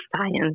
science